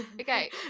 Okay